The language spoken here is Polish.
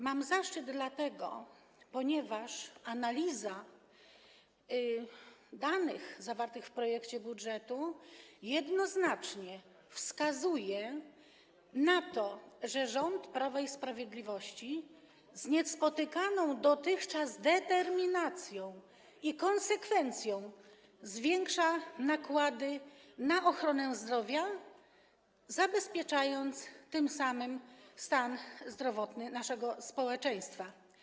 Mam zaszczyt dlatego, że analiza danych zawartych w projekcie budżetu jednoznacznie wskazuje na to, że rząd Prawa i Sprawiedliwości z niespotykaną dotychczas determinacją i konsekwencją zwiększa nakłady na ochronę zdrowia, zabezpieczając tym samym stan zdrowotny naszego społeczeństwa.